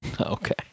Okay